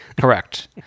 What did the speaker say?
Correct